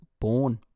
born